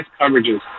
coverages